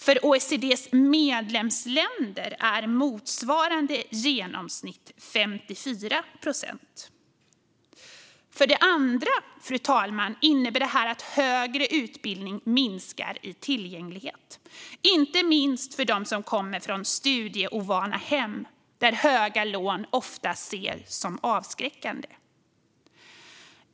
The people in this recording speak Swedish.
För OECD:s medlemsländer är motsvarande genomsnitt 54 procent. För det andra, fru talman, innebär detta att högre utbildning minskar i tillgänglighet, inte minst för dem som kommer från studieovana hem där höga lån ofta ses som avskräckande.